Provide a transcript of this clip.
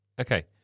Okay